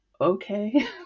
okay